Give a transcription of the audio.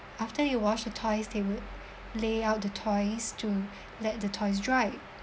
after we wash the toys they would lay out the toys to let the toys dry